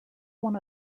one